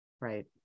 Right